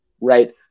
Right